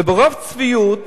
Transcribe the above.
וברוב צביעות